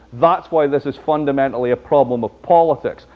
that's why this is fundamentally a problem of politics,